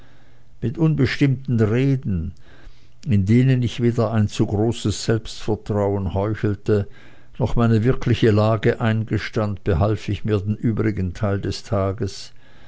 mit unbestimmten reden in denen ich weder ein zu großes selbstvertrauen heuchelte noch meine wirkliche lage eingestand behalf ich mir den übrigen teil des tages